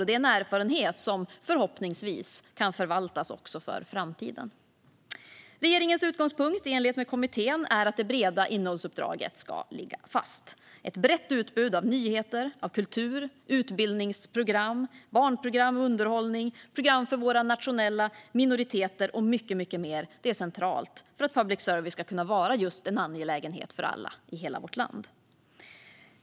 Det är en erfarenhet som förhoppningsvis kan förvaltas för framtiden. Regeringens utgångspunkt är i enlighet med kommittén att det breda innehållsuppdraget ska ligga fast. Ett brett utbud av nyheter, kultur, utbildningsprogram, barnprogram, underhållning, program för våra nationella minoriteter och mycket mer är centralt för att public service ska kunna vara en angelägenhet för alla i hela vårt land.